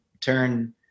turn